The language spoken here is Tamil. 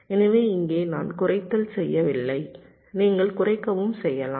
எனவே இங்கே நான் குறைத்தல் செய்யவில்லை நீங்கள் குறைக்கவும் செய்யலாம்